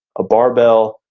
a barbell,